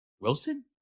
Wilson